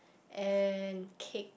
and cake